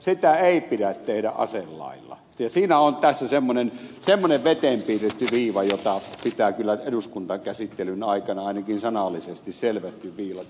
sitä ei pidä tehdä aselailla ja siinä on tässä semmoinen veteen piirretty viiva jota pitää kyllä eduskuntakäsittelyn aikana ainakin sanallisesti selvästi viilata